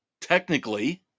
technically